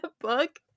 book